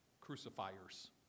crucifiers